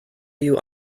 you